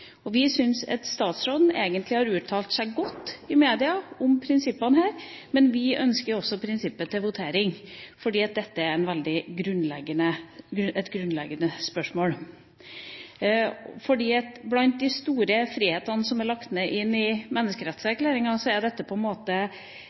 krenkes. Vi synes at statsråden egentlig har uttalt seg godt i media om prinsippene her, men vi ønsker også prinsippet til votering, fordi dette er et grunnleggende spørsmål. For blant de store frihetene som er lagt ned i